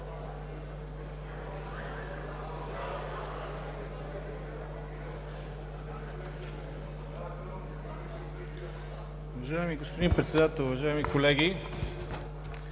Уважаеми господин Председател, уважаеми колеги,